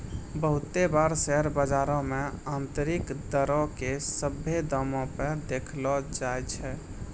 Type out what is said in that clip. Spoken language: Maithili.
बहुते बार शेयर बजारो मे आन्तरिक दरो के सभ्भे दामो पे देखैलो जाय छै